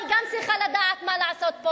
אני גם צריכה לדעת מה לעשות פה,